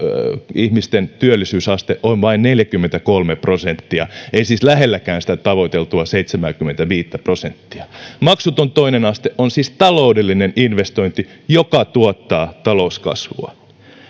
ihmisten työllisyysaste on vain neljäkymmentäkolme prosenttia ei siis lähelläkään sitä tavoiteltua seitsemääkymmentäviittä prosenttia maksuton toinen aste on siis taloudellinen investointi joka tuottaa talouskasvua